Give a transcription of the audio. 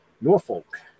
Norfolk